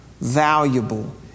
valuable